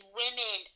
women